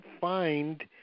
find